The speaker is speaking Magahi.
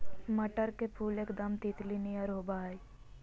मटर के फुल एकदम तितली नियर होबा हइ